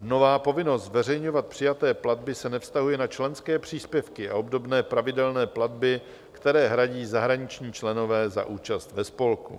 Nová povinnost zveřejňovat přijaté platby se nevztahuje na členské příspěvky a obdobné pravidelné platby, které hradí zahraniční členové za účast ve spolku.